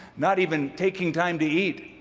not even taking time to eat.